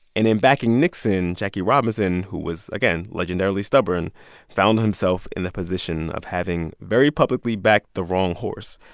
and in backing nixon, jackie robinson who was, again, legendarily stubborn found himself in the position of having very publicly backed the wrong horse.